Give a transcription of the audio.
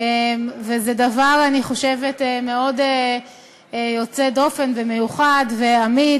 וזה דבר, אני חושבת, מאוד יוצא דופן ומיוחד ואמיץ.